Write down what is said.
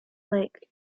lake